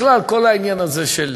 בכלל, כל העניין הזה של